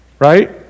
Right